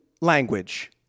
language